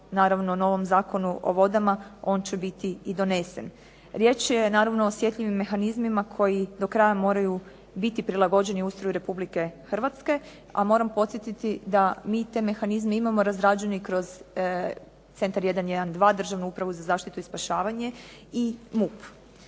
naravno novom Zakonu o vodama on će biti i donesen. Riječ je naravno o osjetljivim mehanizmima koji do kraja moraju biti prilagođeni ustroju Republike Hrvatske, a moram podsjetiti da mi te mehanizme imamo razrađene i kroz Centar 112, Državnu upravu za zaštitu i spašavanje i MUP.